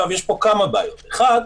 יש פה כמה בעיות: אחת,